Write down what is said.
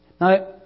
Now